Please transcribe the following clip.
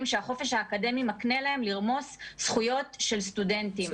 שהחופש האקדמי מקנה להם לרמוס זכויות של סטודנטים.